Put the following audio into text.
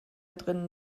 drinnen